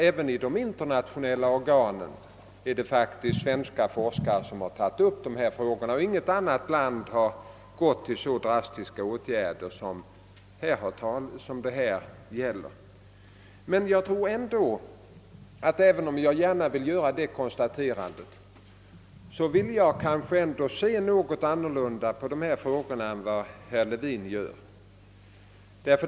Även i de internationella organen är det svenska forskare som tagit upp dem. Inget annat land har gått till så drastiska åtgärder som vårt. Men även om jag gärna vill göra detta konstaterande, vill jag ändå se något annorlunda än herr Levin på dessa frågor.